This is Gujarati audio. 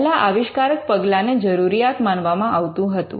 પહેલા આવિષ્કારક પગલાને જરૂરિયાત માનવામાં આવતું હતું